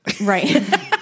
Right